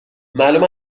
معلوم